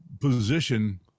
position